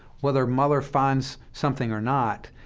whether mueller finds something or not,